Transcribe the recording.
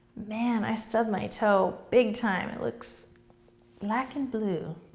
man, i stubbed my toe big time, it looks black and blue.